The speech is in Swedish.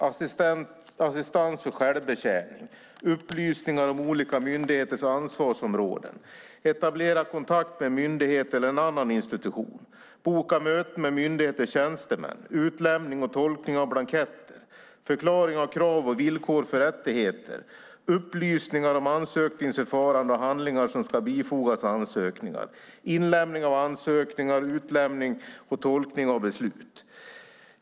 Det kan ge assistans för självbetjäning och upplysningar om olika myndigheters ansvarsområden, etablera kontakt med myndighet eller en annan institution, boka möten med myndigheters tjänstemän och syssla med utlämning och tolkning av blanketter och förklaring av krav och villkor för rättigheter. Det kan ge upplysningar om ansökningsförfaranden och handlingar som ska bifogas ansökningar och syssla med inlämning av ansökningar och utlämning och tolkning av beslut.